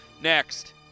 Next